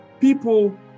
people